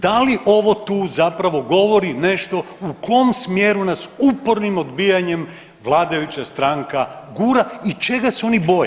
Da li ovo tu zapravo govori nešto u kom smjeru nas upornim odbijanjem vladajuća stranka gura i čega se oni boje.